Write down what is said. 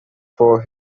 for